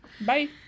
bye